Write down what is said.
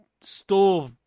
store